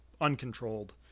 uncontrolled